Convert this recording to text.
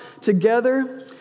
together